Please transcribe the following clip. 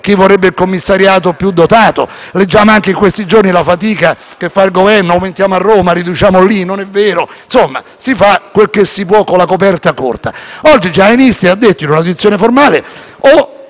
si vorrebbe un commissariato più dotato. Leggiamo anche, in questi giorni, la fatica che fa il Governo: aumentiamo a Roma, riduciamo da un'altra parte, non è vero. Insomma: si fa quel che si può con la coperta corta. Oggi il generale Nistri ci ha detto in un'audizione formale